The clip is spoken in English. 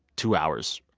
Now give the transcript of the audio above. two hours.